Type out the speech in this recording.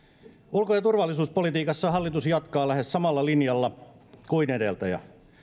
ulko ja turvallisuuspolitiikassa hallitus jatkaa lähes samalla linjalla kuin edeltäjä